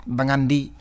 Bangandi